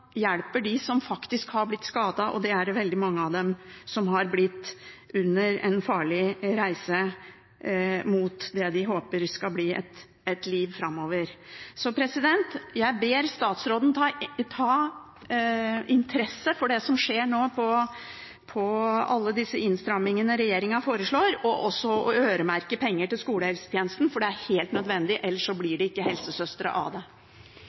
som faktisk er blitt skadet, og det er det veldig mange av dem som er blitt under en farlig reise mot det de håper skal bli et liv framover. Jeg ber statsråden ha interesse for det som skjer nå – alle disse innstramningene regjeringen foreslår – og også å øremerke penger til skolehelsetjenesten, for det er helt nødvendig, ellers blir det ikke helsesøstre av det.